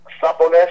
suppleness